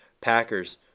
Packers